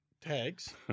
Tags